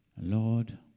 Lord